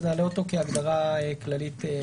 נעלה אותו כהגדרה כללית.